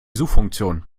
suchfunktion